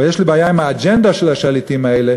אבל יש לי בעיה עם האג'נדה של השליטים האלה,